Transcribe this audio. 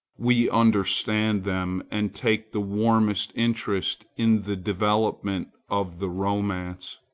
we understand them, and take the warmest interest in the development of the romance.